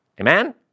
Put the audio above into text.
Amen